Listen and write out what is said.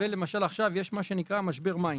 אם עכשיו, למשל, יש משבר מים